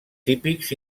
típics